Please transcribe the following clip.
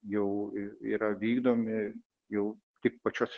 jau yra vykdomi jau tik pačios